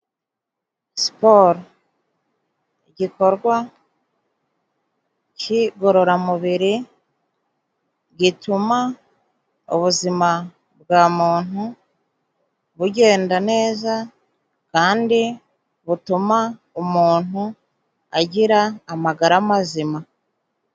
Siporo igikorwa cy'igororamubiri gituma ubuzima bwa muntu bugenda neza, kandi butuma umuntu agira amagara mazima.